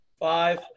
Five